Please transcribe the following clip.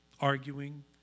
Arguing